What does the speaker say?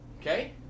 okay